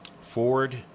Ford